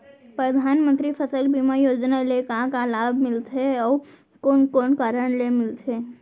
परधानमंतरी फसल बीमा योजना ले का का लाभ मिलथे अऊ कोन कोन कारण से मिलथे?